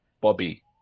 Bobby